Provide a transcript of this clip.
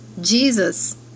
Jesus